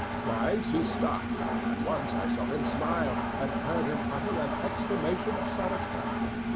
twice he stopped, and once i saw him smile, and heard him utter an exclamation of satisfaction.